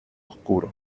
oscuro